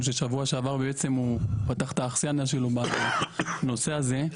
שבשובע שעבר הוא פתח את האכסנייה שלו בנושא הזה.